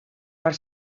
per